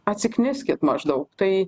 atsikniskit maždaug tai